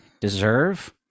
deserve